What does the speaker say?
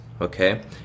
okay